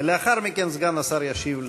לאחר מכן סגן השר ישיב לשלושתכם.